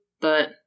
but-